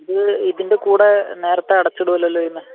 ഇത് ഇതിന്റെ കൂടെ നേരത്തെ അടച്ചിടുകയല്ലല്ലോ ചെയ്യുന്നത്